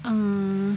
err